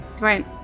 right